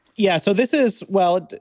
yeah. so this is well,